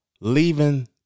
leaving